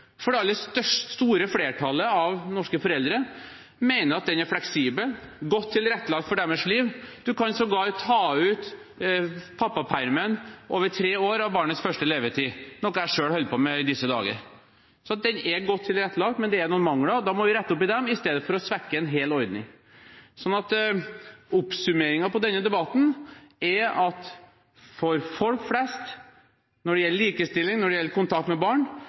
for det store flertallet av norske foreldre mener at den er fleksibel og godt tilrettelagt for deres liv. Man kan sågar ta ut pappapermen over de tre første årene av barnets levetid, noe jeg selv holder på med i disse dager. Den er godt tilrettelagt, men det er noen mangler. Da må vi rette opp i dem i stedet for å svekke en hel ordning. Oppsummeringen av denne debatten er at når det gjelder likestilling, når det gjelder kontakt med barn,